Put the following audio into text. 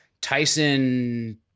Tyson